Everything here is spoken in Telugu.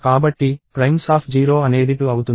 కాబట్టి primes0 అనేది 2 అవుతుంది